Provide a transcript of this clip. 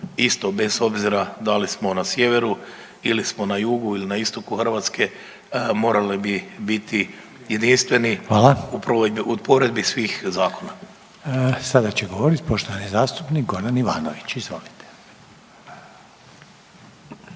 isto bez obzira da li smo na sjeveru ili smo na jugu ili na istoku Hrvatske morali bi biti jedinstveni u provedbi, u provedbi svih zakona. **Reiner, Željko (HDZ)** Hvala. Sada će govoriti poštovani zastupnik Goran Ivanović, izvolite.